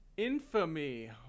Infamy